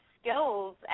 skills